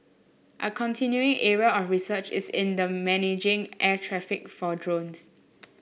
a continuing area of research is in the managing air traffic for drones